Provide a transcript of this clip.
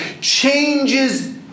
changes